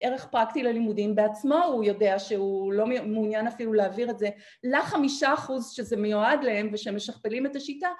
ערך פרקטי ללימודים בעצמו, הוא יודע שהוא לא מעוניין אפילו להעביר את זה לחמישה אחוז שזה מיועד להם ושהם משכפלים את השיטה